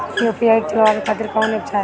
UPI चलवाए के खातिर कौन एप चाहीं?